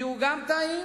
כי הוא גם טעים,